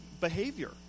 behavior